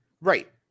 Right